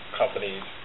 companies